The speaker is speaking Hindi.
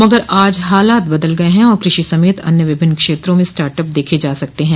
मगर आज हालात बदल गए हैं और कृषि समेत अन्य विभिन्न क्षेत्रों में स्टार्टअप देखे जा सकते हैं